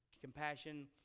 compassion